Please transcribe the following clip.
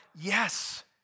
Yes